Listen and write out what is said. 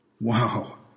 Wow